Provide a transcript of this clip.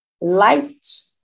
light